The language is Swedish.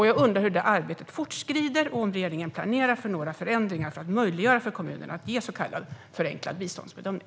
Jag undrar hur arbetet med detta fortskrider och om regeringen planerar för några förändringar för att möjliggöra för kommunerna att ge så kallad förenklad biståndsbedömning.